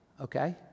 okay